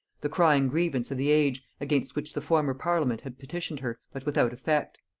the crying grievance of the age, against which the former parliament had petitioned her, but without effect.